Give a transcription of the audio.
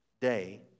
day